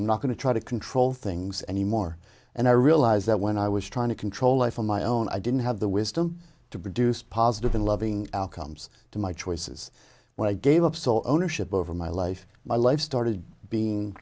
i'm not going to try to control things anymore and i realise that when i was trying to control life on my own i didn't have the wisdom to produce positive and loving outcomes to my choices when i gave up sole ownership over my life my life started being